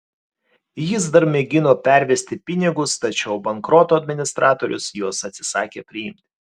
jis dar mėgino pervesti pinigus tačiau bankroto administratorius juos atsisakė priimti